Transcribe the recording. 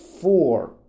four